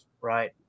right